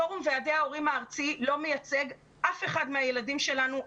פורום ועדי ההורים לא מייצג אף אחד מהילדים שלנו.